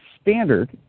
standard